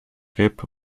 ryb